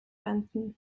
benton